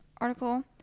article